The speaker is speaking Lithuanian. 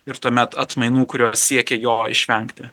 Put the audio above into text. ir tuomet atmainų kurios siekia jo išvengti